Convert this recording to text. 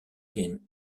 ken